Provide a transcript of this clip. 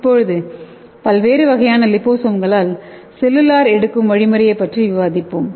இப்போது பல்வேறு வகையான லிபோசோம்களால் செல்லுலார் எடுக்கும் வழிமுறையைப் பற்றி விவாதிப்போம்